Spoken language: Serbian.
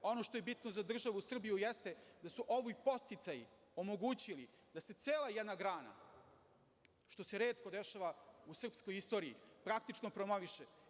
Ono što je bitno za državu Srbiju, jeste da su ovi podsticaji omogućili da se cela jedna grana, što se retko dešava u srpskoj istoriji, praktično promoviše.